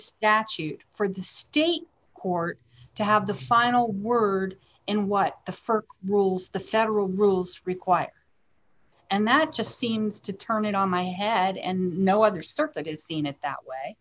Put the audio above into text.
statute for the state court to have the final word in what the st rules the federal rules require and that just seems to turn it on my head and no other circuit is seen in that way